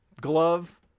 glove